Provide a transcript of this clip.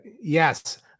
yes